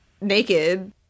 naked